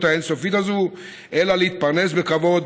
האין-סופית הזו אלא להתפרנס בכבוד,